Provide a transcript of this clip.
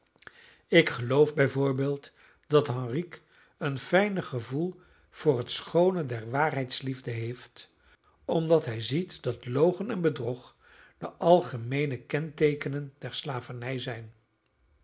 ik geloof bij voorbeeld dat henrique een fijner gevoel voor het schoone der waarheidsliefde heeft omdat hij ziet dat logen en bedrog de algemeene kenteekenen der slavernij zijn